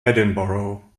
edinburgh